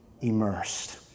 immersed